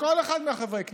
כל אחד מחברי הכנסת,